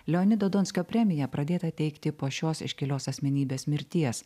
leonido donskio premija pradėta teikti po šios iškilios asmenybės mirties